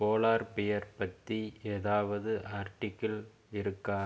polar bear பற்றி ஏதாவது article இருக்கா